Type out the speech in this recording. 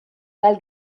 gal